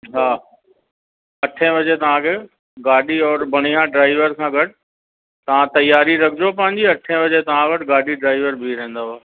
हा हा अठ बजे तव्हांखे गाॾी औरि बढ़ियां ड्राइवर सां गॾु तव्हां तयारी रखिजो पंहिंजी अठ बजे तव्हां वटि गाॾी ड्राइवर बीह रहंदव